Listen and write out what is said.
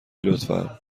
لطفا